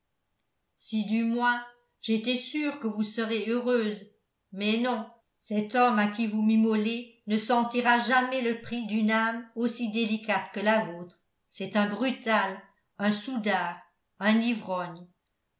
si du moins j'étais sûr que vous serez heureuse mais non cet homme à qui vous m'immolez ne sentira jamais le prix d'une âme aussi délicate que la vôtre c'est un brutal un soudard un ivrogne